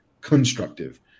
constructive